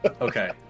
Okay